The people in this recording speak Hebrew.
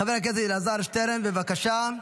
חבר הכנסת אלעזר שטרן, בבקשה.